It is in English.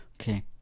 Okay